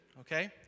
okay